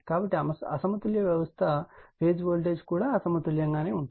కాబట్టి అసమతుల్య వ్యవస్థ ఫేజ్ వోల్టేజ్ కూడా అసమతుల్యంగా ఉంటుంది